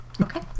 Okay